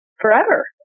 forever